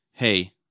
hey